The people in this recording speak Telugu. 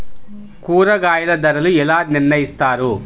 కూరగాయల ధరలు ఎలా నిర్ణయిస్తారు?